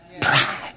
pride